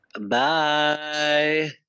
Bye